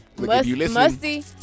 musty